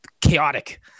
chaotic